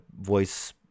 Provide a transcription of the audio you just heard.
voice